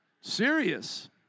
Serious